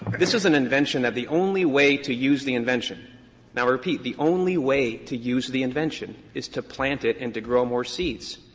this is an invention that the only way to use the invention now, repeat, the only way to use the invention is to plant it and to grow more seeds.